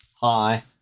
hi